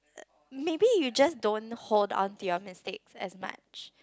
maybe you just don't hold on to your mistakes as much